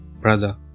brother